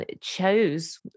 chose